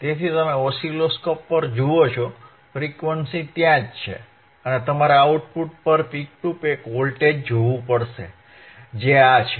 તેથી તમે ઓસિલોસ્કોપ પર જુઓ છો ફ્રીક્વન્સી ત્યાં જ છે અને તમારે આઉટપુટ પર પીક ટુ પીક વોલ્ટેજ જોવું પડશે જે આ છે